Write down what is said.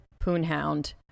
poonhound